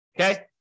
Okay